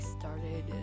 started